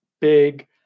big